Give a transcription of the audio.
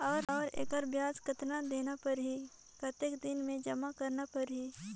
और एकर ब्याज कतना देना परही कतेक दिन मे जमा करना परही??